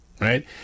right